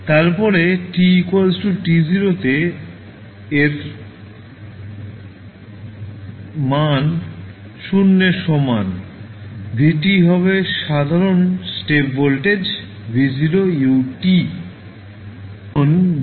তারপরে t t0 তে এর মান 0 এর সমান v হবে সাধারন স্টেপ ভোল্টেজ V0u